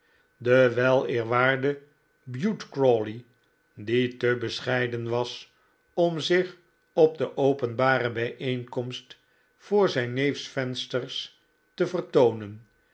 de weleerwaarde bute crawley die te bescheiden was om zich op de openbare bijeenkomst voor zijn neefs vensters te vertoonen